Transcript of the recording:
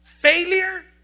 failure